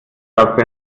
stark